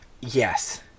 Yes